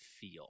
feel